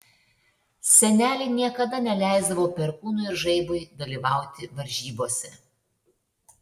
senelė niekada neleisdavo perkūnui ir žaibui dalyvauti varžybose